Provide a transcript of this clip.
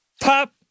pop